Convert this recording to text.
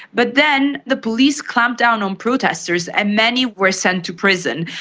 but then the police clamped down on protesters and many were sent to prison,